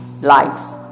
likes